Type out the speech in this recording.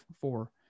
four